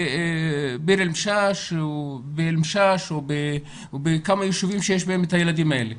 בביר אל משאש או באל משאש או בכמה יישובים שיש בהם את הילדים האלה?